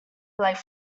like